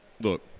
look